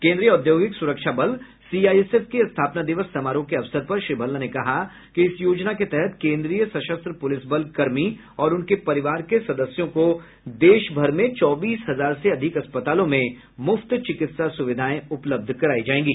केन्द्रीय औद्योगिक सुरक्षा बल सीआईएसएफ के स्थापना दिवस समारोह के अवसर पर श्री भल्ला ने कहा कि इस योजना के तहत केन्द्रीय सशस्त्र पुलिस बल कर्मी और उनके परिवार के सदस्यों को देश भर में चौबीस हजार से अधिक अस्पतालों में मुफ्त चिकित्सा सुविधाएं उपलब्ध कराई जाएंगी